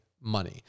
money